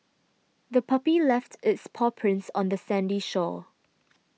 the puppy left its paw prints on the sandy shore